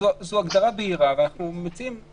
זו הגדרה בהירה ואנחנו מציעים